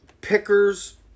pickers